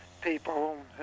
people